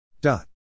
Dot